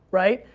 right?